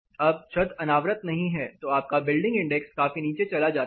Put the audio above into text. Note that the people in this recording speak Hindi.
अब छत अनावृत नहीं है तो आपका बिल्डिंग इंडेक्स काफी नीचे चला जाता है